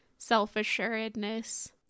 self-assuredness